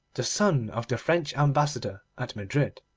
the son of the french ambassador at madrid.